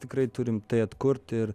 tikrai turim tai atkurti ir